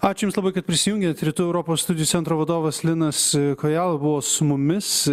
ačiū jums labai kad prisijungėt rytų europos studijų centro vadovas linas kojala buvo su mumis